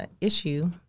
issue